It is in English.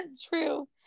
true